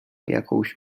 jakąś